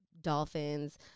dolphins